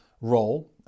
role